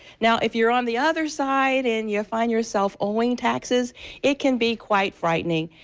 now if you're on the other side and you find yourself owing taxes it can be quite frightening,